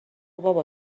بابا